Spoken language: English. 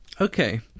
Okay